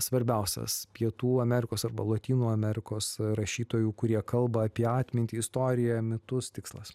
svarbiausias pietų amerikos arba lotynų amerikos rašytojų kurie kalba apie atmintį istoriją mitus tikslas